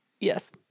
Yes